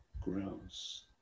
grows